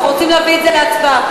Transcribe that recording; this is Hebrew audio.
אנחנו רוצים להביא את זה להצבעה.